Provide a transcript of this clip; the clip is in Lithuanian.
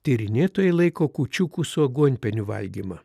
tyrinėtojai laiko kūčiukų su aguonpieniu valgymą